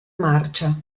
marcia